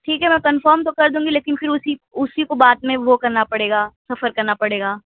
ٹھیک ہے میں کنفرم تو کر دوں گی لیکن پھر اُسی اُسی کو بعد میں وہ کرنا پڑے گا سفر کرنا پڑے گا